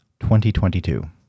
2022